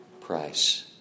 price